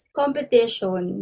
competition